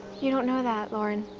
you don't know that, lauren.